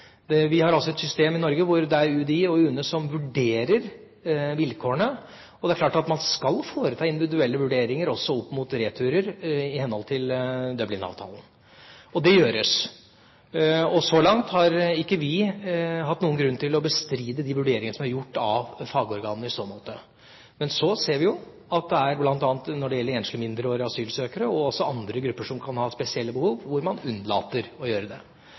Vi har altså et system i Norge hvor det er UDI og UNE som vurderer vilkårene. Det er klart at man skal foreta individuelle vurderinger, også opp mot returer, i henhold til Dublin-avtalen. Det gjøres. Så langt har ikke vi hatt noen grunn til å bestride de vurderinger som er gjort av fagorganene i så måte. Men så ser vi jo at man bl.a. når det gjelder enslige mindreårige asylsøkere, og også andre grupper som kan ha spesielle behov, unnlater å gjøre det.